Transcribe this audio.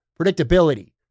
predictability